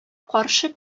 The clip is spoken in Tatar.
каршы